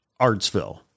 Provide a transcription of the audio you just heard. Artsville